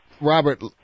Robert